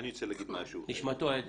נשמתו עדן.